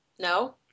No